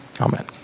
Amen